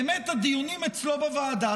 באמת הדיונים אצלו בוועדה,